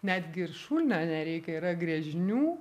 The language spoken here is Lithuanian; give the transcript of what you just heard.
netgi ir šulinio nereikia yra gręžinių